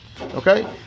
Okay